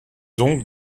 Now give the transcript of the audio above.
donc